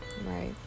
right